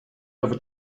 over